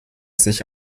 sich